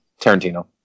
tarantino